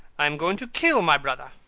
i am going to kill my brother,